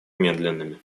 медленными